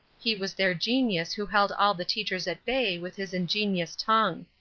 he was their genius who held all the teachers at bay with his ingenious tongue.